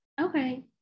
okay